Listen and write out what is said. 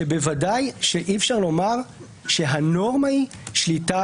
בוודאי אי-אפשר לומר שהנורמה היא שליטה